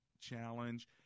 challenge